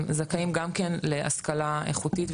הם זכאים גם כן להשכלה איכותית,